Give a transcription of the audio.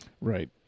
Right